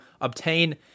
obtain